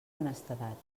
honestedat